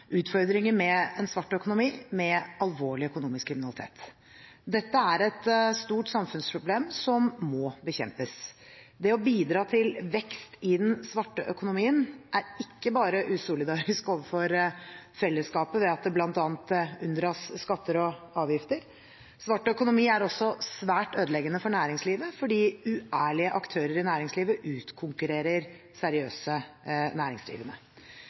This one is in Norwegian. utfordringer med en svart økonomi, med alvorlig økonomisk kriminalitet. Dette er et stort samfunnsproblem som må bekjempes. Det å bidra til vekst i den svarte økonomien er ikke bare usolidarisk overfor fellesskapet ved at det bl.a. unndras skatter og avgifter, svart økonomi er også svært ødeleggende for næringslivet, fordi uærlige aktører i næringslivet utkonkurrerer seriøse næringsdrivende.